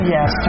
Yes